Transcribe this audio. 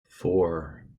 four